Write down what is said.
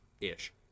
ish